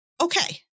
okay